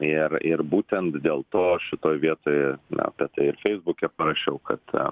ir ir būtent dėl to šitoj vietoje apie tai ir feisbuke parašiau kad